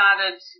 started